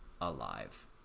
alive